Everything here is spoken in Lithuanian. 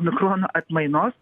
mikrono atmainos